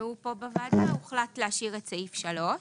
שנשמעו פה בוועדה הוחלט להשאיר את סעיף 3,